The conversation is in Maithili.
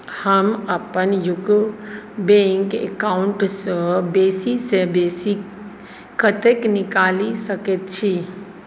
हम अपन यूको बैँक अकाउण्टसँ बेसीसँ बेसी कतेक निकालि सकै छी